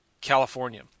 California